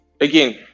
again